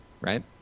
right